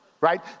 right